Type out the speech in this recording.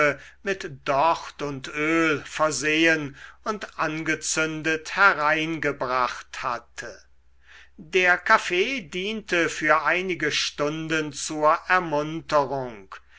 mit docht und öl versehen und angezündet hereingebracht hatte der kaffee diente für einige stunden zur ermunterung